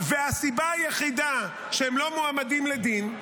והסיבה היחידה שהם לא מועמדים לדין,